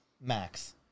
max